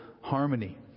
harmony